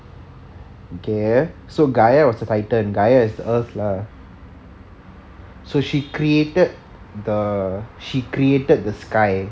K so gaia was the titan gaia was the earth lah so she created the she created the sky